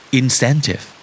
incentive